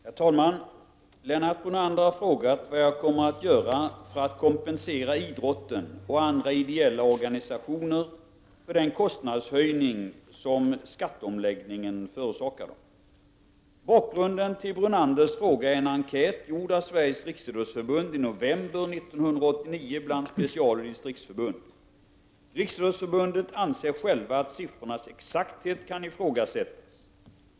Herr talman! Lennart Brunander har frågat vad jag kommer att göra för att kompensera idrotten och andra ideella organisationer för den kostnadshöjning som skatteomläggningen förorsakar dem. Bakgrunden till Brunanders fråga är en enkät gjord av Sveriges Riksidrottsförbund i november 1989 bland specialoch distriktsförbund. På Riksidrottsförbundet anser man att siffrornas exakthet kan ifrågasättas.